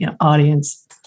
audience